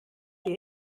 der